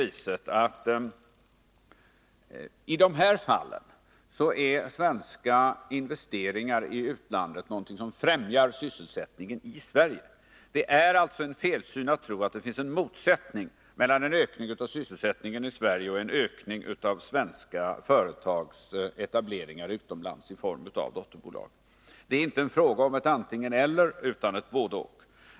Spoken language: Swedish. Jag tror alltså att svenska investeringar i utlandet i de nämnda fallen främjar sysselsättningen i Sverige. Det är en felsyn att tro att det finns en motsättning mellan en ökning av sysselsättningen i Sverige och en ökning av svenska företags etableringar utomlands i form av dotterbolag. Det är inte fråga om ett antingen-eller utan om ett både-och.